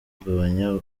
kugabanya